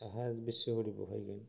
साहा बिस'हरि बहायगोन